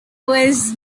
was